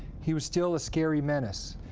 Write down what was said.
he was still a scary menace.